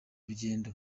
urugendo